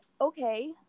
okay